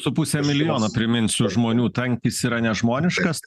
su puse milijono priminsiu žmonių tankis yra nežmoniškas